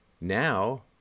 Now